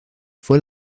fue